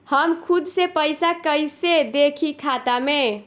हम खुद से पइसा कईसे देखी खाता में?